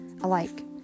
alike